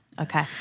Okay